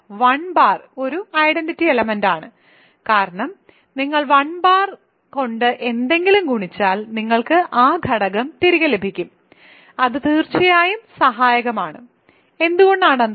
അതായത് 1 ഒരു ഐഡന്റിറ്റി എലെമെന്റാണ് കാരണം നിങ്ങൾ 1 കൊണ്ട് എന്ത് ഗുണിച്ചാലും നിങ്ങൾക്ക് ആ ഘടകം തിരികെ ലഭിക്കും അത് തീർച്ചയായും സഹായകമാണ് എന്തുകൊണ്ടാണ് അത്